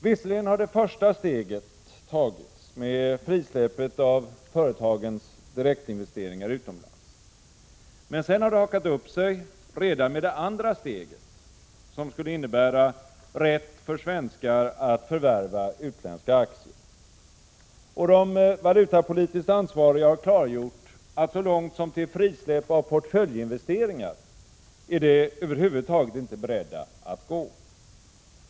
Visserligen har det första steget tagits med frisläppet av företagens direktinvesteringar utomlands. Men sedan har det hakat upp sig redan med det andra steget, som skulle innebära rätt för svenskar att förvärva utländska aktier. Och de valutapolitiskt ansvariga har klargjort att så långt som till frisläpp av portföljsinvesteringar är de över huvud taget inte beredda att gå.